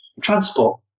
Transport